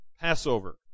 Passover